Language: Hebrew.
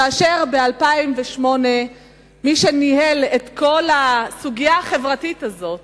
כאשר ב-2008 מי שניהל את כל הסוגיה החברתית הזאת